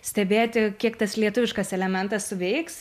stebėti kiek tas lietuviškas elementas suveiks